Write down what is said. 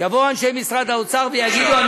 יבואו אנשי משרד האוצר, אה, יגידו לא,